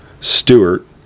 Stewart